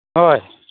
ꯍꯣꯏ